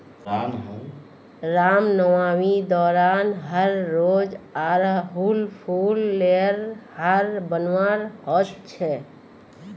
रामनवामी दौरान हर रोज़ आर हुल फूल लेयर हर बनवार होच छे